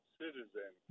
citizen